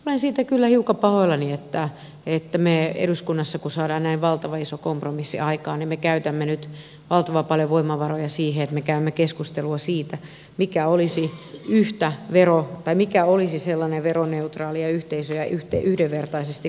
olen siitä kyllä hiukan pahoillani että kun me eduskunnassa saamme näin valtavan ison kompromissin aikaan niin me käytämme nyt valtavan paljon voimavaroja siihen että me käymme keskustelua siitä mikä olisi sellainen veroneutraali ja yhteisöjä yhdenvertaisesti kohteleva malli